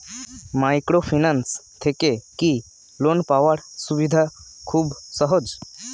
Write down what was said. Microfinance থেকে কি loan পাওয়ার সুবিধা খুব সহজ?